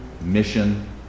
mission